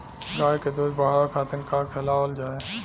गाय क दूध बढ़ावे खातिन का खेलावल जाय?